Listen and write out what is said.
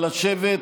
אבל לשבת,